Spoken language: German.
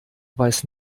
weiß